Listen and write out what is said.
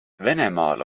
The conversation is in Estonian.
venemaal